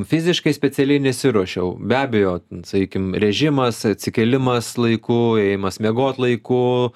fiziškai specialiai nesiruošiau be abejo sakykim režimas atsikėlimas laiku ėjimas miegot laiku